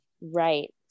Right